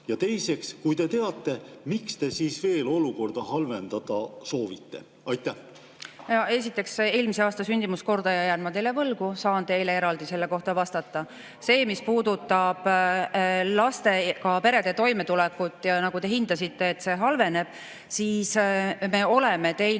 Ja teiseks, kui te teate, miks te siis veel olukorda halvendada soovite? Aitäh,